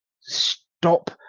Stop